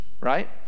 right